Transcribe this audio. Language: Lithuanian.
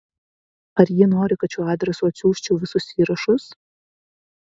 ar ji nori kad šiuo adresu atsiųsčiau visus įrašus